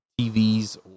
tvs